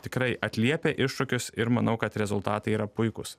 tikrai atliepia iššūkius ir manau kad rezultatai yra puikūs